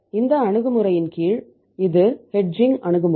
இந்த அணுகுமுறையின் கீழ் இது ஹெட்ஜிங் அணுகுமுறை